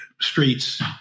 streets